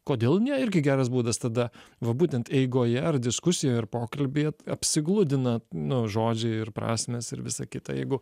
kodėl ne irgi geras būdas tada va būtent eigoje ar diskusijoj ar pokalbyje apsigludina nu žodžiai ir prasmės ir visa kita jeigu